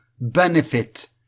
benefit